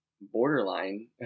borderline